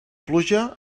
pluja